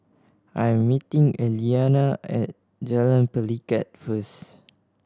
I am meeting Eliana at Jalan Pelikat first